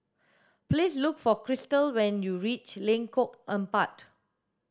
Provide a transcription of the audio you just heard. please look for Krystle when you reach Lengkong Empat